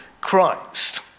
Christ